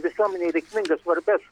visuomenei veiksmingas svarbias